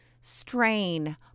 Strain